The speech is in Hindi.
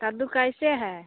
कद्दू कैसे है